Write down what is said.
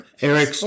Eric